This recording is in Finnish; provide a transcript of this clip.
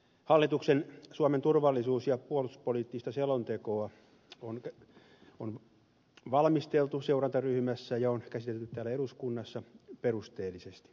hallituksen suomen turvallisuus ja puolustuspoliittista selontekoa on valmisteltu seurantaryhmässä ja käsitelty täällä eduskunnassa perusteellisesti